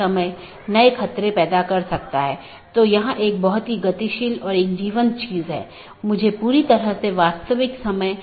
1 open message दो सहकर्मी nodes के बीच एक BGP सत्र स्थापित करता है